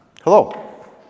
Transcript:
Hello